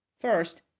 First